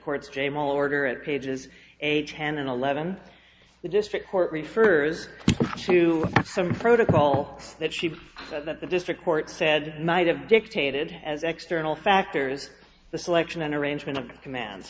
court j well order at pages age ten and eleven the district court refers to some protocol that she says that the district court said night have dictated as external factors the selection an arrangement of command